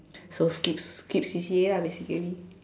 so skip skip C_C_A lah basically